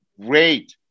great